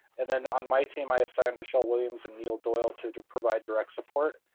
and then on my team, i assigned michelle williams and neil doyle to to provide direct support.